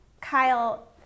Kyle